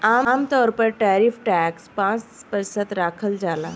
आमतौर पर tariff tax पाँच प्रतिशत राखल जाला